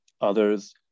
Others